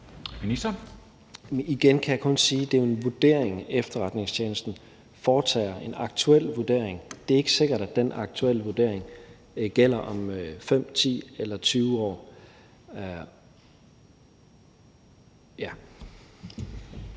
Men igen kan jeg kun sige, at det jo er en vurdering, efterretningstjenesten foretager, en aktuel vurdering, og det er ikke sikkert, at den aktuelle vurdering gælder om 5, 10 eller 20 år. Kl.